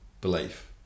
belief